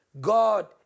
God